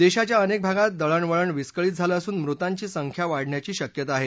देशाच्या अनेक भागात दळणवळण विस्कळीत झालं असून मृतांची संख्या वाढण्याची शक्यता आहे